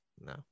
No